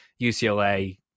ucla